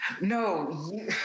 No